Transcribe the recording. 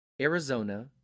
Arizona